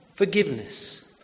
Forgiveness